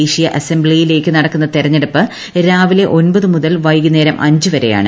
ദേശീയ അസംബ്ലിയിലേയ്ക്ക് നടക്കുന്ന തെരഞ്ഞെടുപ്പ് രാവിലെ ഒമ്പത് മുതൽ വൈകുന്നേരം അഞ്ചുവരെയാണ്